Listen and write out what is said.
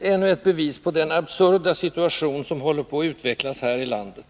ännu ett bevis på den absurda situation som håller på att utvecklas här i landet.